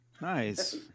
Nice